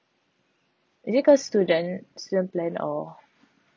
is it cause student student plan or